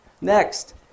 Next